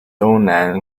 东南